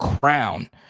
crown